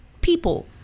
people